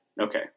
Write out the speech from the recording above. Okay